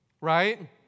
Right